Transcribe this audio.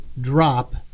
drop